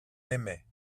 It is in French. aimait